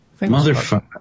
Motherfucker